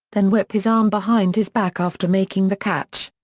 then whip his arm behind his back after making the catch.